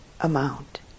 amount